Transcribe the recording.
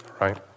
Right